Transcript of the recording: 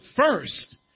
first